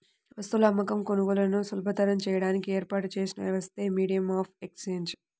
వస్తువుల అమ్మకం, కొనుగోలులను సులభతరం చేయడానికి ఏర్పాటు చేసిన వ్యవస్థే మీడియం ఆఫ్ ఎక్సేంజ్